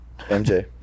MJ